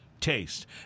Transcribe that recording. taste